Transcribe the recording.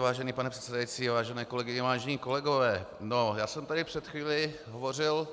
Vážený pane předsedající, vážené kolegyně, vážení kolegové, já jsem tady před chvílí hovořil